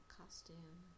costume